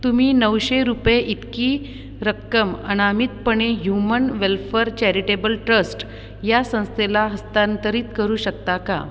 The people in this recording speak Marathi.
तुम्ही नऊशे रुपये इतकी रक्कम अनामिकपणे ह्युमन वेल्फर चॅरिटेबल ट्रस्ट या संस्थेला हस्तांतरित करू शकता का